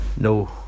No